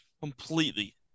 Completely